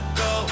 go